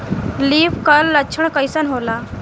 Leaf कल लक्षण कइसन होला?